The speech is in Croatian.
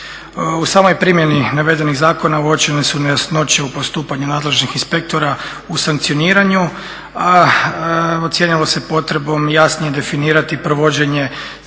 U samoj primjeni navedenih zakona uočene su nejasnoće u postupanju nadležnih inspektora u sankcioniranju, a ocijenilo se potrebom jasnije definirati provođenje